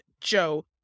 joe